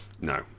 No